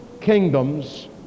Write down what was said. kingdoms